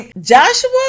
Joshua